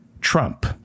Trump